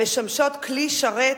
המשמשות כלי שרת